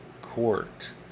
court